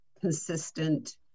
consistent